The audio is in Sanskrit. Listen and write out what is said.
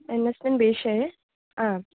अन्यस्मिन् विषये आम्